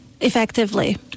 Effectively